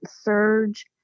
surge